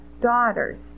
daughters